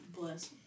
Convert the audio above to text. Bless